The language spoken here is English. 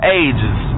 ages